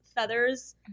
feathers